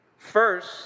First